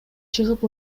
чыгып